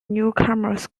newcomers